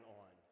on